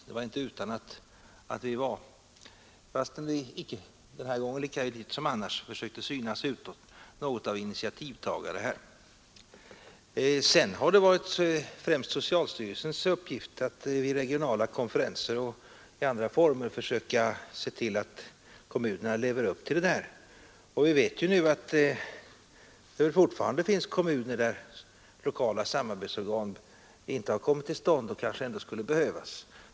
Det var inte utan att vi var, fastän vi den här gången nu lika litet som annars försökte synas utåt, något av initiativtagare. Sedan har det varit främst socialstyrelsens uppgift att vid regionala konferenser och i andra former försöka se till att kommunerna lever upp till detta. Vi vet att det fortfarande finns kommuner där lokala samarbetsorgan inte har kommit till stånd och kanske ändå skulle behövas.